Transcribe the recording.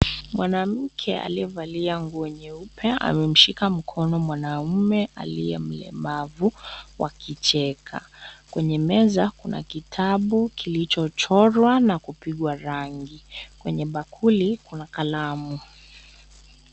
Mwanamke aliyevalia nguo nyeupe, amemshika mkono mwanaume aliye mlemavu wakicheka . Kwenye meza kuna kitabu kilichochorwa na kupigwa rangi. Kwenye bakuli kuna kalamu.